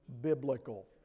biblical